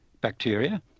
bacteria